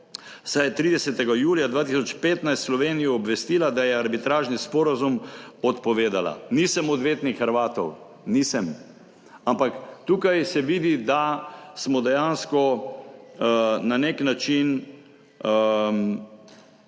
saj je 30. julija 2015 Slovenijo obvestila, da je Arbitražni sporazum odpovedala. Nisem odvetnik Hrvatov, nisem, ampak tukaj se vidi, da smo dejansko na nek način